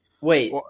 Wait